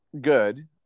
good